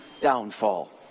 downfall